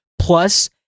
plus